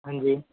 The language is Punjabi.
ਹਾਂਜੀ